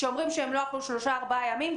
שאומרים שהם לא אכלו שלושה-ארבעה ימים,